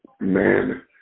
man